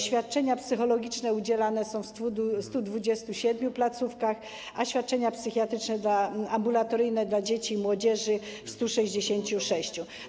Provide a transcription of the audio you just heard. Świadczenia psychologiczne udzielane są w 127 placówkach, a świadczenia psychiatryczne, ambulatoryjne dla dzieci i młodzieży w 166.